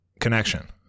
connection